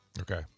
Okay